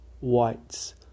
whites